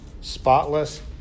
Spotless